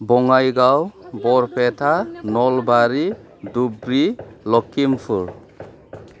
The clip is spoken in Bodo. बङाइगाव बरपेता नलबारि धुबरी लक्षिमपुर